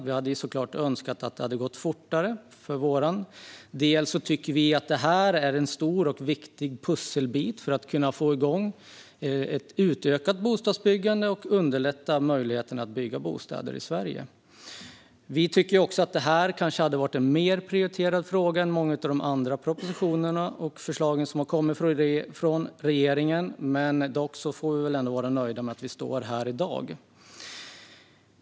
Vi hade såklart önskat att det hade gått fortare, för vi tycker att det här är en stor och viktig pusselbit för att kunna få igång ett utökat bostadsbyggande och underlätta möjligheten att bygga bostäder i Sverige. Vi tycker också att detta borde ha varit ett mer prioriterat förslag än många av de andra propositioner och förslag som har kommit från regeringen. Dock får vi ändå vara nöjda med att vi står här i dag.